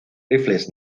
rifles